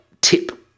tip